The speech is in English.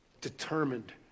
determined